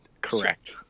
Correct